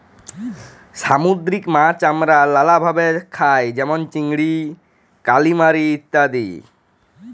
সামুদ্দিরিক মাছ আমরা লালাভাবে খাই যেমল চিংড়ি, কালিমারি ইত্যাদি